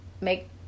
make